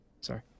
Sorry